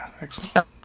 Excellent